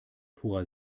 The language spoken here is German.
purer